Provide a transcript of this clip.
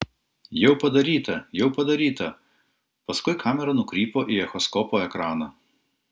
jau padaryta jau padaryta paskui kamera nukrypo į echoskopo ekraną